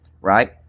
right